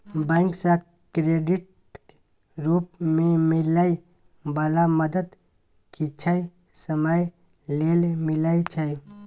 bank सँ क्रेडिटक रूप मे मिलै बला मदद किछे समय लेल मिलइ छै